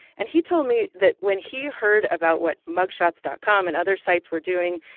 and he told me that when he heard about what mugshots dot com and other sites were doing,